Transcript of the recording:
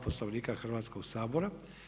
Poslovnika Hrvatskog sabora.